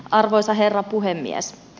arvoisa herra puhemies